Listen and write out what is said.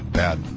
bad